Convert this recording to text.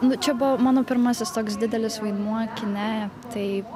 nu čia buvo mano pirmasis toks didelis vaidmuo kine tai